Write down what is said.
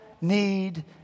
need